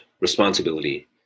responsibility